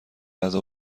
غذا